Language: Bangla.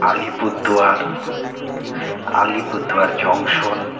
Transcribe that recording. আলিপুরদুয়ার আলিপুরদুয়ার জংশন